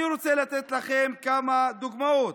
אני רוצה לתת לכם כמה דוגמאות.